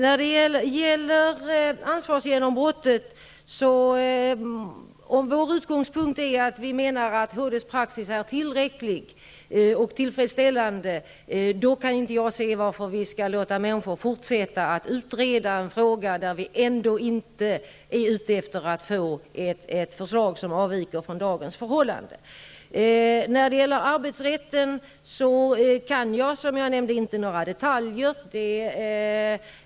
Fru talman! Om vår utgångspunkt är att vi menar att HD:s praxis när det gäller ansvarsgenombrott är tillräcklig och tillfredsställande kan jag inte se varför vi skall låta människor fortsätta att utreda en fråga, där vi ändå inte är ute efter att få ett förslag som avviker från dagens förhållanden. När det gäller arbetsrätten kan jag inte, som jag nämnde, några detaljer.